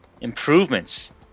improvements